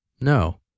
no